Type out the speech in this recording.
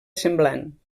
semblant